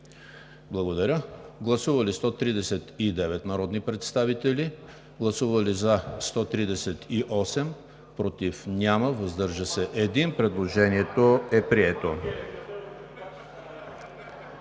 Гласували 139 народни представители: за 138, против няма, въздържал се 1. Предложението е прието.